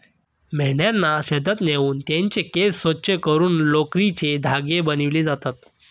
मेंढ्यांना शेतात नेऊन त्यांचे केस स्वच्छ करून लोकरीचे धागे बनविले जातात